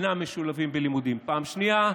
אינם משולבים בלימודים פעם שנייה,